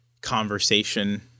conversation